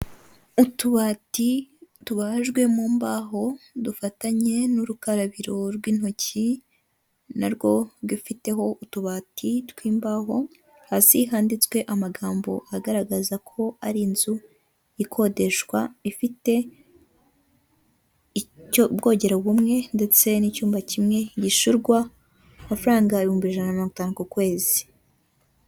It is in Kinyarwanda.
Utubati tubajwe mu mbaho dufatanye n'urukarabiro rw'intoki narwo rwifiteho utubati tw'imbaho; hasi handitswe amagambo agaragaza ko ari inzu ikodeshwa, ifite ubwogero bumwe ndetse n'icyumba kimwe; yishyurwa amafaranga ibihumbi ijana na mirongo itanu ku kwezi.